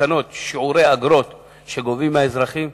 בתקנות שיעורי אגרות שגובים מהאזרחים,